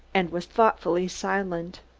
and was thoughtfully silent.